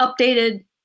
updated